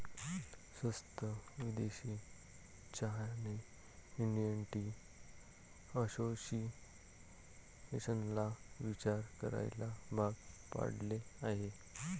स्वस्त विदेशी चहाने इंडियन टी असोसिएशनला विचार करायला भाग पाडले आहे